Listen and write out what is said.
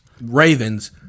Ravens